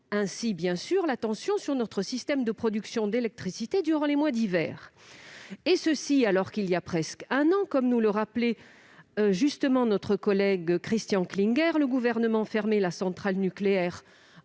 ainsi la tension sur notre système de production d'électricité durant les mois d'hiver. Cela alors qu'il y a presque un an, comme nous le rappelait justement notre collègue Christian Klinger, le Gouvernement fermait la centrale nucléaire